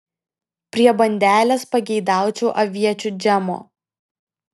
prie bandelės pageidaučiau aviečių džemo